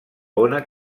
ona